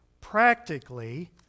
practically